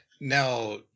Now